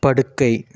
படுக்கை